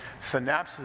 synapses